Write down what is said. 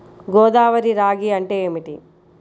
గోదావరి రాగి అంటే ఏమిటి?